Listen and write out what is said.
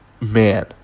man